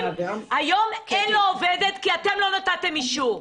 היום אין לו עובדת כי אתם לא נתתם אישור.